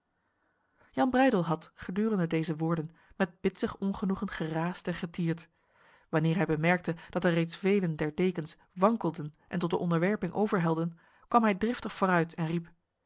jan breydel had gedurende deze woorden met bitsig ongenoegen geraasd en getierd wanneer hij bemerkte dat er reeds velen der dekens wankelden en tot de onderwerping overhelden kwam hij driftig vooruit en riep